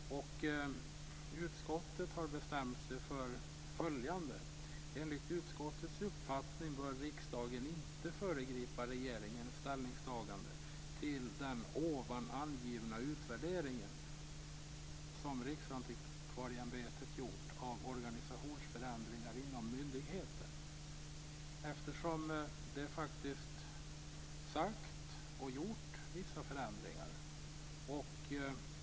Utskottet har bestämt sig för följande: Enligt utskottets uppfattning bör riksdagen inte föregripa regeringens ställningstagande till den ovan angivna utvärderingen som Riksantikvarieämbetet gjort av organisationsförändringar inom myndigheten. Det har faktiskt gjorts vissa förändringar.